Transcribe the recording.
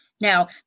Now